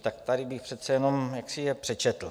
Tak tady bych přece jenom jaksi je přečetl.